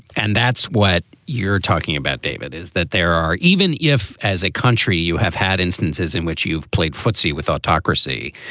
and that's what you're talking about, david, is that there are even if as a country you have had instances in which you've played footsie with autocracy,